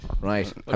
Right